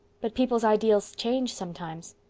but people's ideals change sometimes.